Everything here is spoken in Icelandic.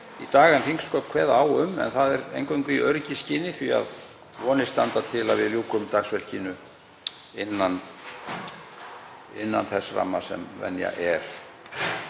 í dag en þingsköp kveða á um, en það er eingöngu í öryggisskyni því að vonir standa til að við ljúkum dagsverkinu innan þess ramma sem venja er.